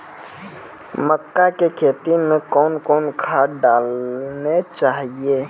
मक्का के खेती मे कौन कौन खाद डालने चाहिए?